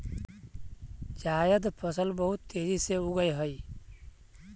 जायद फसल बहुत तेजी से उगअ हई